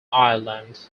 ireland